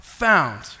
found